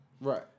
Right